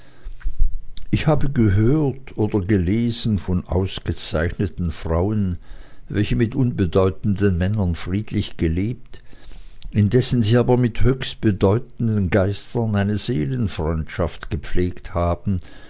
ich habe gehört oder gelesen von ausgezeichneten frauen welche mit unbedeutenden männern friedlich gelebt indessen sie aber mit höchst bedeutenden geistern eine seelenfreundschaft gepflegt haben